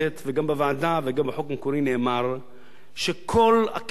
גם בוועדה וגם בחוק המקורי נאמר שכל הכסף